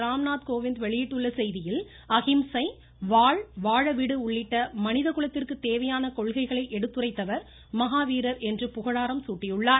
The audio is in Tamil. ராம்நாத் கோவிந்த் வெளியிட்டுள்ள செய்தியில் அஹிம்சை வாழ் வாழ விடு உள்ளிட்ட மனிதகுலத்திற்கு தேவையான கொள்கைகளை எடுத்துரைத்தவர் மஹாவீரர் என புகழாரம் சூட்டியுள்ளார்